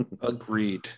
Agreed